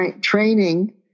training